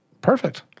Perfect